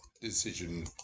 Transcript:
decision